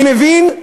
אני מבין,